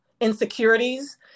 insecurities